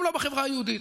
גם לא בחברה היהודית.